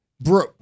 bro